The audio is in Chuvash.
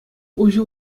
уҫӑ